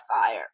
fire